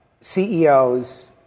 CEOs